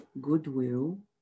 goodwill